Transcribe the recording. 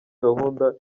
gahunda